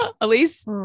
Elise